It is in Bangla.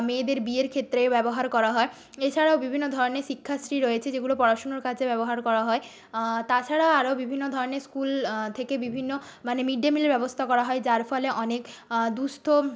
মেয়েদের বিয়ের ক্ষেত্রে ব্যবহার করা হয় এছাড়াও বিভিন্ন ধরনের শিক্ষাশ্রী রয়েছে যেগুলো পড়াশুনোর কাজে ব্যবহার করা হয় তাছাড়া আরও বিভিন্ন ধরনের স্কুল থেকে বিভিন্ন মানে মিড ডে মিলের ব্যবস্থা করা হয় যার ফলে অনেক দুঃস্থ